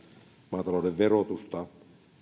maatalouden verotusta